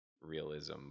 realism